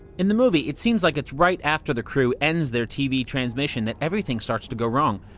in the movie, it seems like it's right after the crew ends their tv transmission that everything starts to go wrong.